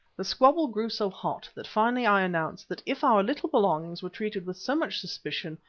the squabble grew so hot that finally i announced that if our little belongings were treated with so much suspicion,